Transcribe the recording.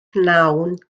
pnawn